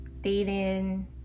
dating